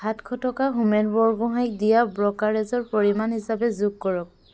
সাতশ টকা হোমেন বৰগোহাঞিক দিয়া ব্ৰ'কাৰেজৰ পৰিমাণ হিচাপে যোগ কৰক